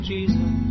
Jesus